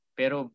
pero